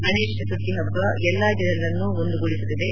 ಗಣೇಶ ಚತುರ್ಥಿ ಹಬ್ಬ ಎಲ್ಲಾ ಜನರನ್ನು ಒಂದುಗೂಡಿಸುತ್ತದೆ